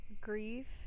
grief